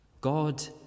God